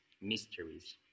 mysteries